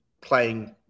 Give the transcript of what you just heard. playing